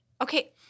Okay